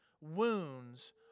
wounds